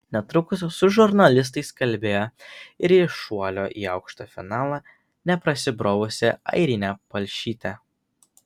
netrukus su žurnalistais kalbėjo ir į šuolio į aukštį finalą neprasibrovusi airinė palšytė